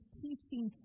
teaching